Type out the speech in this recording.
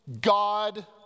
God